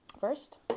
first